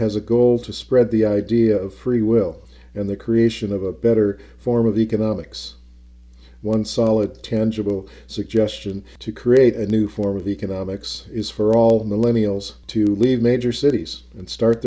has a goal to spread the idea of free will and the creation of a better form of economics one solid tangible suggestion to create a new form of economics is for all the lenny else to leave major cities and start